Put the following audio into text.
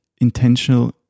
intentional